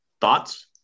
thoughts